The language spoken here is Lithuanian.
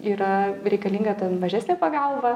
yra reikalinga ten mažesnė pagalba